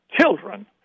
children